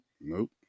Nope